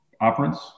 operants